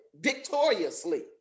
victoriously